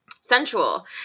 sensual